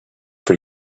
for